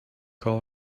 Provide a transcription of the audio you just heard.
call